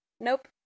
nope